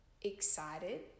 excited